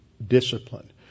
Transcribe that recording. Discipline